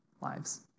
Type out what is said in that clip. lives